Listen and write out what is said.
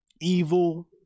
evil